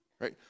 right